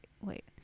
Wait